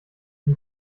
die